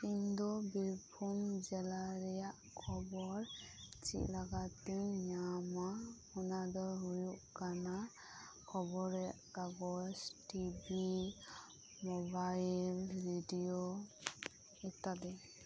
ᱤᱧ ᱫᱚ ᱵᱤᱨᱵᱷᱩᱢ ᱡᱮᱞᱟ ᱨᱮᱭᱟᱜ ᱠᱷᱚᱵᱚᱨ ᱪᱮᱫ ᱞᱮᱠᱟ ᱛᱮᱧ ᱧᱟᱢᱟ ᱚᱱᱟ ᱫᱚ ᱦᱩᱭᱩᱜ ᱠᱟᱱᱟ ᱠᱷᱚᱵᱚᱨ ᱨᱮᱭᱟᱜ ᱠᱟᱜᱚᱡᱽ ᱴᱤᱵᱷᱤ ᱢᱚᱵᱟᱭᱤᱞ ᱨᱮᱰᱤᱭᱳ ᱤᱛᱛᱟᱫᱤ